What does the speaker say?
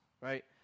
right